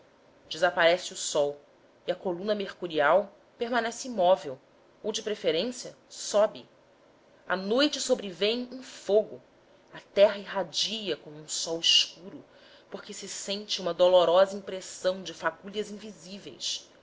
sol e a coluna mercurial permanece imóvel ou de preferência sobe a noite sobrevém em fogo a terra irradia como um sol escuro porque se sente uma dolorosa impressão de faúlhas invisíveis